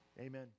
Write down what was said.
Amen